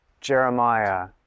Jeremiah